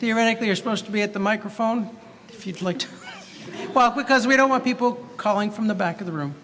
theoretically you're supposed to be at the microphone if you'd like to walk because we don't want people calling from the back of the room